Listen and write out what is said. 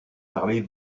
parlez